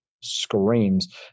screams